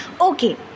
Okay